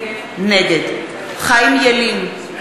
נגד חיים ילין,